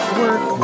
work